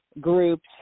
groups